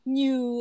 new